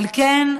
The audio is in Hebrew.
על כן,